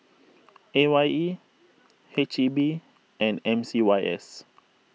A Y E H E B and M C Y S